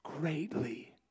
greatly